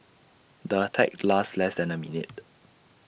the attack lasted less than A minute